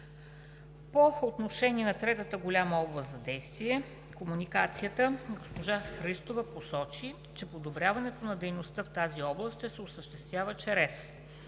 По отношение на третата голяма област за действие – комуникацията, госпожа Христова посочи, че подобряването на дейността в тази област ще се осъществява чрез: